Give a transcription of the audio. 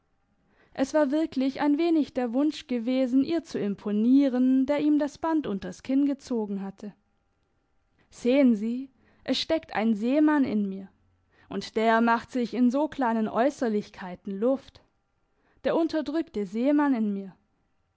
es war wirklich ein wenig der wunsch gewesen ihr zu imponieren der ihm das band unters kinn gezogen hatte sehen sie es steckt ein seemann in mir und der macht sich in so kleinen äusserlichkeiten luft der unterdrückte seemann in mir